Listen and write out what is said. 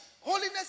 holiness